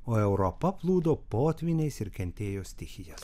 o europa plūdo potvyniais ir kentėjo stichijas